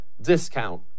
discount